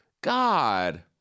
God